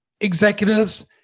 executives